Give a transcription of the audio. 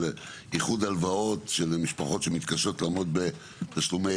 של איחוד הלוואות למשפחות שמתקשות לעמוד בתשלומי